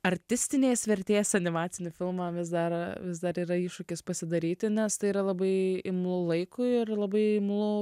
artistinės vertės animacinį filmą vis dar vis dar yra iššūkis pasidaryti nes tai yra labai imlu laikui ir labai imlu